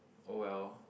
oh well